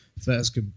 first